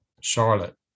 charlotte